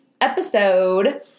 Episode